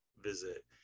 visit